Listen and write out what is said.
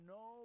no